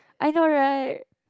I know right